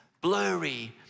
blurry